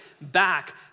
back